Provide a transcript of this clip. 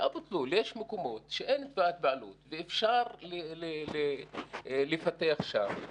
באבו תלול יש מקומות שאין עליהם תביעות בעלות ואפשר לפתח שם.